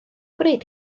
gwneud